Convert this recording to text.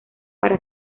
para